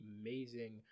amazing